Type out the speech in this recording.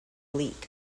leak